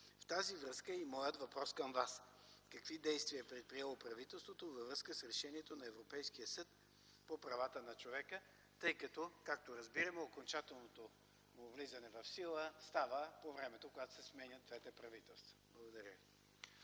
В тази връзка е и моят въпрос към Вас: какви действия е предприело правителството във връзка с решението на Европейския съд за правата на човека, тъй като, както разбираме, окончателното влизане в сила става по времето, когато се сменят двете правителства? Благодаря